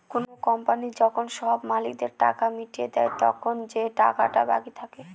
কোনো কোম্পানি যখন সব মালিকদের টাকা মিটিয়ে দেয়, তখন যে টাকাটা বাকি থাকে